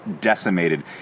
decimated